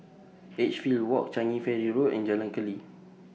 Edgefield Walk Changi Ferry Road and Jalan Keli